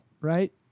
right